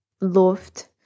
loved